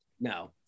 No